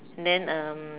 and then um